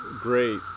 great